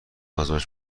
آزمایش